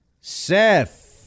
Seth